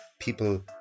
people